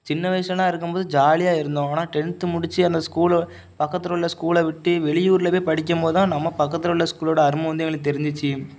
சின்ன வயசில் நான் இருக்கும் போது ஜாலியாக இருந்தோம் ஆனால் டென்த்து முடித்து அந்த ஸ்கூலில் பக்கத்தில் உள்ள ஸ்கூலில் விட்டு வெளியூரில் போய் படிக்கும் போது தான் நம்ம பக்கத்தில் உள்ள ஸ்கூலோடய அருமை வந்து எங்களுக்கு தெரிஞ்சிச்சு